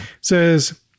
Says